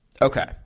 Okay